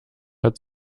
hat